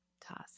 toss